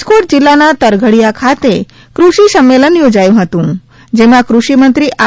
રાજકોટ જિલ્લાના તરઘડીયા ખાતે ક્રષિ સંમેલન યોજાયુ હતુ જેમાં ક્રષિ મંત્રી આર